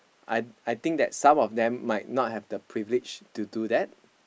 I I think that some of them might not have the privilege to do that